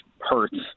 hurts